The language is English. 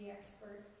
Expert